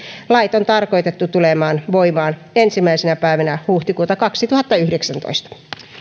lait on tarkoitettu tulemaan voimaan ensimmäisenä päivänä huhtikuuta kaksituhattayhdeksäntoista